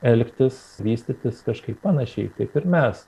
elgtis vystytis kažkaip panašiai kaip ir mes